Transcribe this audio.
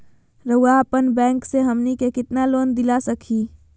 रउरा अपन बैंक से हमनी के कितना लोन दिला सकही?